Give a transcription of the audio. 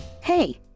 Hey